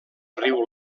riu